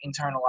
internalize